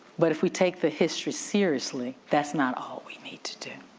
but if we take the history seriously, that's not all we need to do.